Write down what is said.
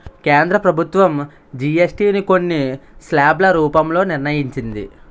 కేంద్ర ప్రభుత్వం జీఎస్టీ ని కొన్ని స్లాబ్ల రూపంలో నిర్ణయించింది